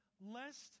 lest